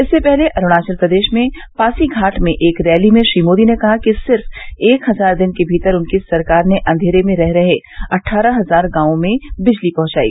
इससे पहले अरूणाचल प्रदेश में पासीघाट में एक रैली में श्री मोदी ने कहा कि सिर्फ एक हजार दिन के भीतर उनकी सरकार ने अंधेरे में रह रहे अट्ठारह हजार गांवों में बिजली पहुंचायी